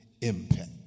impact